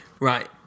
right